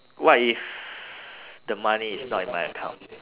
what if the money is not in my account